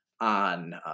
on